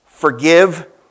forgive